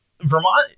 Vermont